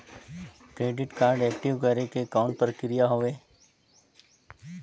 Credit card active करे के कौन प्रक्रिया हवे?